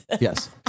Yes